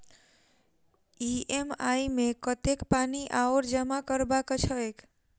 EMI मे कतेक पानि आओर जमा करबाक छैक?